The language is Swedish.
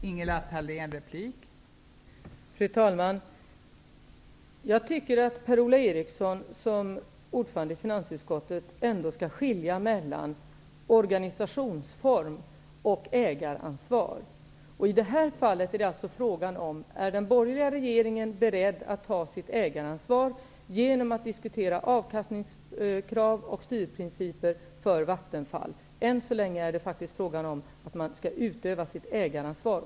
Fru talman! Jag tycker att Per-Ola Eriksson som ordförande i finansutskottet ändå skall skilja mellan organisationsform och ägaransvar. I detta fall är frågan om den borgerliga regeringen är beredd att ta sitt ägaransvar genom att diskutera avkastningskrav och styrprinciper för Vattenfall. Än så länge är det frågan om att utöva ägaransvaret.